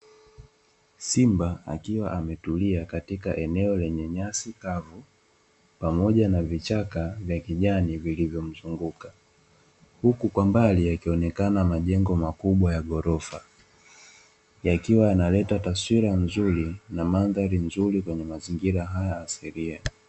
Simba akiwa ametulia katika eneo lenye nyasi kavu pamoja na vichaka vya kijani vilivyomzunguka, huku kwa mbali yakionekana majengo makubwa ya ghorofa yakiwa yanaleta taswira nzuri na mandhari nzuri kwenye mazingira haya asilia.